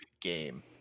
game